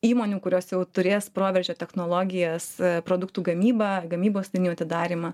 įmonių kurios jau turės proveržio technologijas produktų gamybą gamybos linijų atidarymą